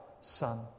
son